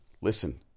Listen